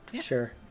sure